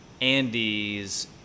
Andy's